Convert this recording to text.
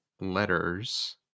letters